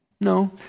No